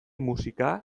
musika